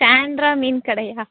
Sandra மீன் கடையா